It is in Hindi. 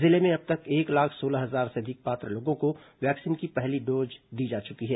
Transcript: जिले में अब तक एक लाख सोलह हजार से अधिक पात्र लोगों को वैक्सीन की पहली डोज दी जा चुकी है